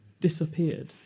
disappeared